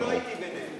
אני לא הייתי ביניהם.